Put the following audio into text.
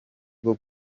bwo